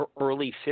early